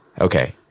okay